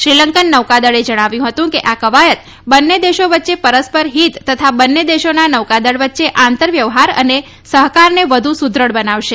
શ્રીલંકન નૌકાદળે જણાવ્યું હતું કે આ ક્વાયત બંને દેશો વચ્ચે પરસ્પર હિત તથા બંને દેશોના નૌકાદળ વચ્ચે આંતર વ્યવહાર અને સહકારને વધુ સુદૃઢ બનાવશે